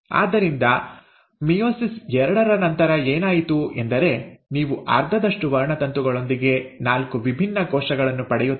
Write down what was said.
ಆದ್ದರಿಂದ ಮಿಯೋಸಿಸ್ ಎರಡರ ನಂತರ ಏನಾಯಿತು ಎಂದರೆ ನೀವು ಅರ್ಧದಷ್ಟು ವರ್ಣತಂತುಗಳೊಂದಿಗೆ ನಾಲ್ಕು ವಿಭಿನ್ನ ಕೋಶಗಳನ್ನು ಪಡೆಯುತ್ತೀರಿ